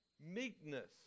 meekness